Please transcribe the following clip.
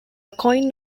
coin